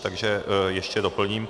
Takže ještě doplním.